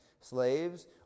Slaves